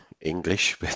English